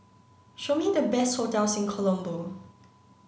show me the best hotels in Colombo